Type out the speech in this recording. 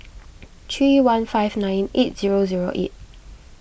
three one five nine eight zero zero eight